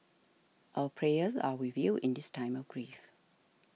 our prayers are with you in this time of grief